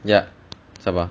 jap sabar